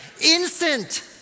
Instant